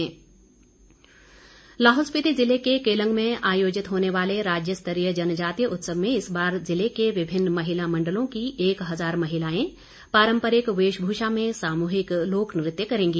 जनजातीय उत्सव लाहौल स्पीति ज़िले के केलंग में आयोजित होने वाले राज्य स्तरीय जनजातीय उत्सव में इस बार ज़िले के विभिन्न महिला मंडलों की एक हजार महिलाएं पारम्परिक वेशभूषा में सामूहिक लोकनृत्य करेंगी